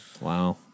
Wow